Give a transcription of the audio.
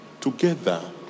together